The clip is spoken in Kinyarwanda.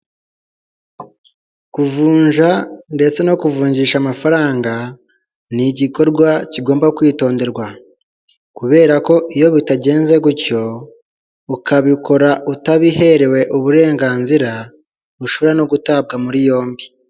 Kuvunja ndetse no kuvunjisha amafaranga ni igikorwa kigomba kwitonderwa; kubera ko iyo bitagenze gutyo ukabikora utabiherewe uburenganzira ;ushobora no gutabwa muri yombi.